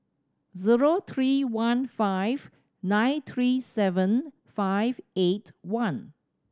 zero three one five nine three seven five eight one